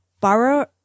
Borrow